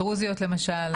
דרוזיות למשל.